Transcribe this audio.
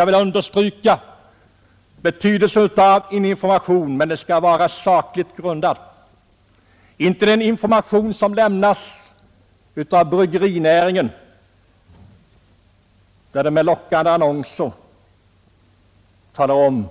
Jag vill understryka betydelsen av att vi får en sakligt grundad information, inte en information av den typ som lämnas av bryggerinäringen som med lockande annonser talar om